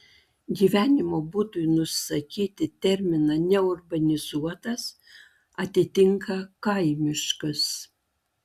gyvenimo būdui nusakyti terminą neurbanizuotas atitinka kaimiškas